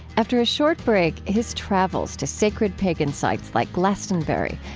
after a short break, his travels to sacred pagan sites like glastonbury,